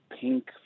pink